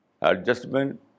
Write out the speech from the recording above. Adjustment